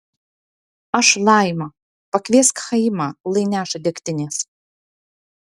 aš laima pakviesk chaimą lai neša degtinės